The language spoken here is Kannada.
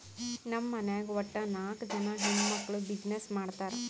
ನಮ್ ಮನ್ಯಾಗ್ ವಟ್ಟ ನಾಕ್ ಜನಾ ಹೆಣ್ಮಕ್ಕುಳ್ ಬಿಸಿನ್ನೆಸ್ ಮಾಡ್ತಾರ್